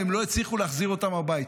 והם לא הצליחו להחזיר אותם הביתה.